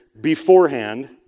beforehand